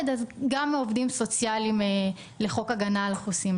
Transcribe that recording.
אז גם עובדים סוציאליים לחוק הגנה על חוסים,